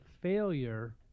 failure